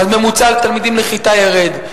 ממוצע התלמידים לכיתה ירד,